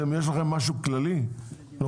יש לכם משהו כללי לומר?